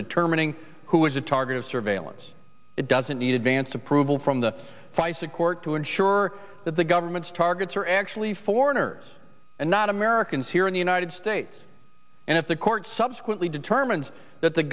determining who is a target of surveillance it doesn't need advanced approval from the fisa court to ensure that the government's targets are actually foreigners and not americans here in the united states and if the court subsequently determines that the